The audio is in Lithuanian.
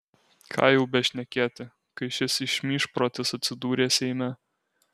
ką jau bešnekėti kai šis išmyžprotis atsidūrė seime